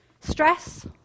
stress